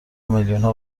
میلیونها